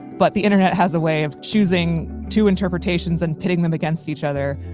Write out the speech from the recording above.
but the internet has a way of choosing two interpretations and pitting them against each other.